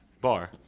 bar